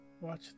Watch